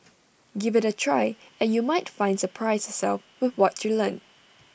give IT A try and you might find surprise yourself with what you learn